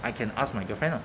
I can ask my girlfriend ah